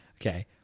Okay